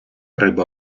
риба